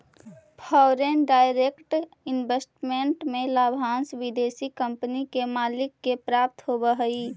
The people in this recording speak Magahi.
फॉरेन डायरेक्ट इन्वेस्टमेंट में लाभांश विदेशी कंपनी के मालिक के प्राप्त होवऽ हई